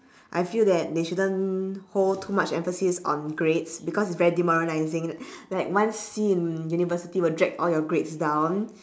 I feel that they shouldn't hold too much emphasis on grades because it's very demoralising like one C in university will drag all your grades down